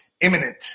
imminent